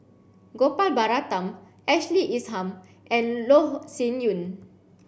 Gopal Baratham Ashley Isham and Loh Sin Yun